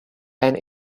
and